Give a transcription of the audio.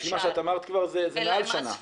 לפי מה שאת אמרת זה מעל שנה.